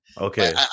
Okay